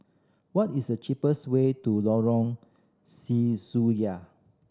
what is the cheapest way to Lorong Sesuai